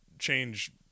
change